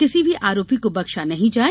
किसी भी आरोपी को बख्शा नहीं जाए